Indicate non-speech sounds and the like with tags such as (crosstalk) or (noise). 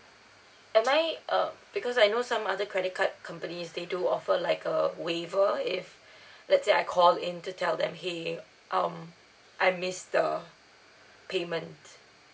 am I uh because I know some other credit card companies they do offer like a waiver if (breath) let's say I call in to tell them !hey! um I missed the payment